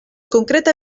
concreta